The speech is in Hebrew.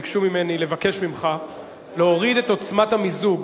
ביקשו ממני לבקש ממך להוריד את עוצמת המיזוג.